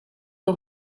aux